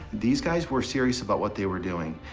these guys were serious about what they were doing.